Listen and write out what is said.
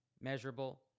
measurable